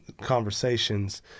conversations